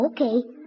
Okay